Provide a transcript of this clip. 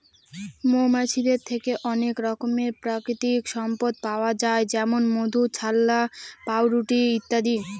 মৌমাছিদের থেকে অনেক রকমের প্রাকৃতিক সম্পদ পাওয়া যায় যেমন মধু, ছাল্লা, পাউরুটি ইত্যাদি